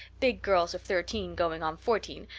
big girls of thirteen, going on fourteen,